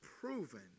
proven